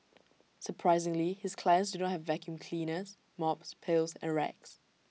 surprisingly his clients do not have vacuum cleaners mops pails and rags